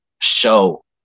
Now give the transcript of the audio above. show